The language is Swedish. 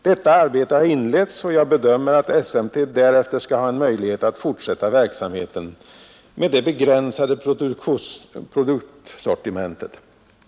Detta arbete har inletts, och jag bedömer att SMT därefter skall ha en möjlighet att fortsätta verksamheten med det begränsade produktsortimentet.